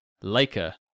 laker